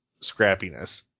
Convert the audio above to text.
scrappiness